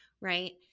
right